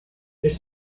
ich